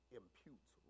imputes